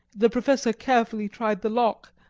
the professor carefully tried the lock,